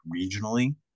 regionally